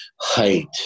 height